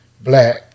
black